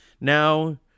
Now